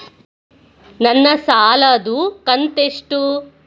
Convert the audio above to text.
ನನ್ನ ಸಾಲದು ಕಂತ್ಯಷ್ಟು?